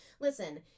Listen